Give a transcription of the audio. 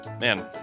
man